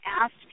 asked